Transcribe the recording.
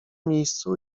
miejscu